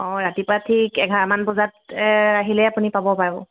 অ ৰাতিপুৱা ঠিক এঘাৰমান বজাত আহিলেই আপুনি পাব বাৰু